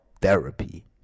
therapy